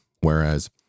whereas